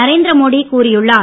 நரேந்திரமோடி கூறியுள்ளார்